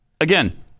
Again